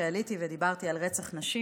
עליתי ודיברתי על רצח נשים,